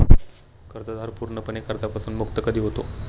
कर्जदार पूर्णपणे कर्जापासून मुक्त कधी होतो?